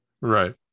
Right